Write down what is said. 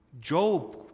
Job